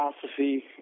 philosophy